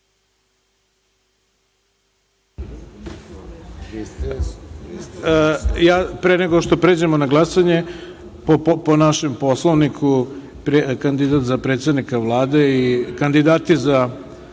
nego što pređemo na glasanje, po našem Poslovniku kandidat za predsednika Vlade i kandidati za